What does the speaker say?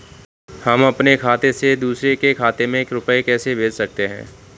हम अपने खाते से दूसरे के खाते में रुपये कैसे भेज सकते हैं?